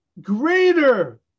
greater